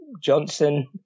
Johnson